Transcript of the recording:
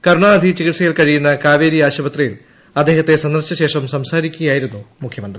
കരുണാനിധി ചികിൽസയിൽ കഴിയുന്ന കാർവേരി ആശുപത്രിയിൽ അദ്ദേഹത്തെ സന്ദർശിച്ചു ശേഷം സ്ട്രസാരിക്കുകയായിരുന്നു മുഖ്യമന്ത്രി